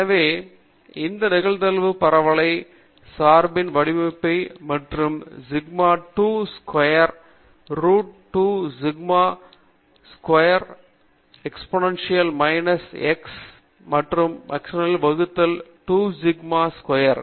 எனவே இது நிகழ்தகவு பரவலைச் சார்பின் வடிவம் மற்றும் அது 2 சிக்மா ஸ்கொயர் மூலம் root 2 pi sigma squared exponential minus x minus mu முழு square வகுத்தல் 2 சிக்மா ஸிகுர்த்